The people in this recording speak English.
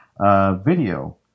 Video